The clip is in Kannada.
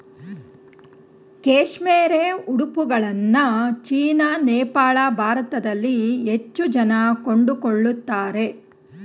ಕೇಶ್ಮೇರೆ ಉಡುಪುಗಳನ್ನ ಚೀನಾ, ನೇಪಾಳ, ಭಾರತದಲ್ಲಿ ಹೆಚ್ಚು ಜನ ಕೊಂಡುಕೊಳ್ಳುತ್ತಾರೆ